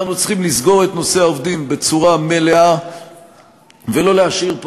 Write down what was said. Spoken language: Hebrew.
אנחנו צריכים לסגור את נושא העובדים בצורה מלאה ולא להשאיר פה